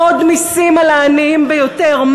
עוד מסים על העניים ביותר,